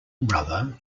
brother